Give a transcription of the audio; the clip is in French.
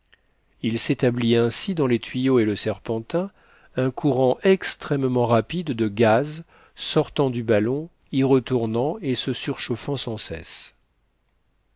il s'établit ainsi dans les tuyaux et le serpentin un courant extrêmement rapide de gaz sortant du ballon y retournant et se surchauffant sans cesse